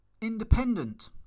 Independent